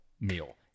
meal